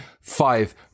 five